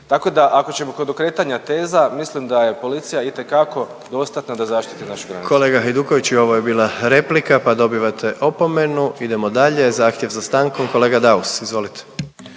Tako da ako ćemo kod okretanja teza mislim da je policija itekako dostatna da zaštiti našu granicu. **Jandroković, Gordan (HDZ)** Kolega Hajduković i ovo je bila replika, pa dobivate opomenu. Idemo dalje, zahtjev za stankom kolega Daus, izvolite.